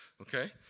Okay